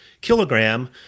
kilogram